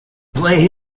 play